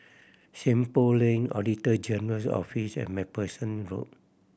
Seng Poh Lane Auditor General's Office and Macpherson Road